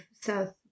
south